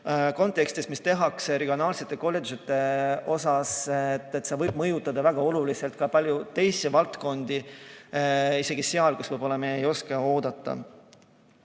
kontekstis, mis tehakse regionaalsete kolledžite kohta. See võib mõjutada väga oluliselt ka paljusid teisi valdkondi, isegi seal, kus me võib-olla ei oska oodata.